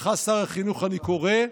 שר החינוך, אני קורא לך: